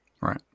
Right